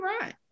right